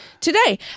today